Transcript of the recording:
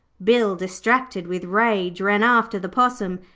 bill, distracted with rage, ran after the possum,